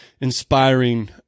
inspiring